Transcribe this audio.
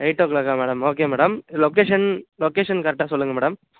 eight ஓ க்ளாக்கா madam okay madam location location கரெக்டாக சொல்லுங்கள் மேடம்